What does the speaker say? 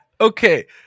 Okay